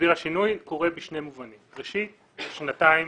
השינוי קורה בשני מובנים: ראשית, שנתיים